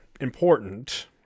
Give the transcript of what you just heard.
important